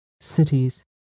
cities